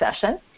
session